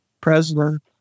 president